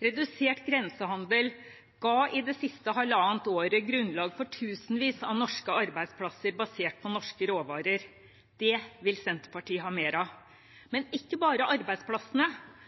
Redusert grensehandel ga i det siste halvannet året grunnlag for tusenvis av norske arbeidsplasser basert på norske råvarer. Det vil Senterpartiet ha mer av.